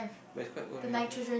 but it's quite old already